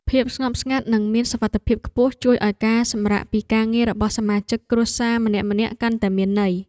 ភាពស្ងប់ស្ងាត់និងមានសុវត្ថិភាពខ្ពស់ជួយឱ្យការសម្រាកពីការងាររបស់សមាជិកគ្រួសារម្នាក់ៗកាន់តែមានន័យ។